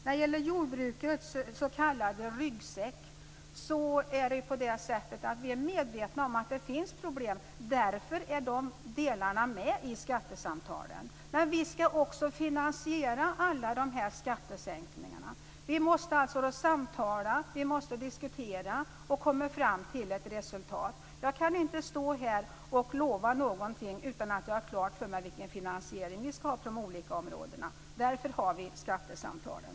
När det gäller jordbrukets s.k. ryggsäck är vi medvetna om att det finns problem, därför är de delarna med i skattesamtalen. Men vi skall också finansiera alla de här skattesänkningarna. Vi måste alltså samtala, vi måste diskutera och komma fram till ett resultat. Jag kan inte stå här och lova någonting utan att jag har klart för mig vilken finansiering vi skall ha på de olika områdena. Därför har vi skattesamtalen.